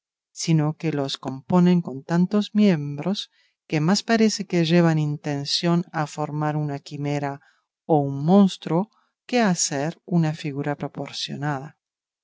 sino que los componen con tantos miembros que más parece que llevan intención a formar una quimera o un monstruo que a hacer una figura proporcionada